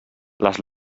les